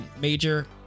major